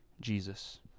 Jesus